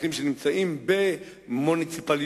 לשטחים שנמצאים ב"מוניציפליותה",